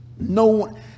No